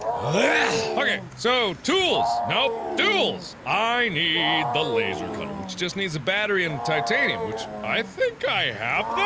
yeah. okay, so tools! nope tools! i need the laser cutter which just needs a battery and titanium which i think i have that?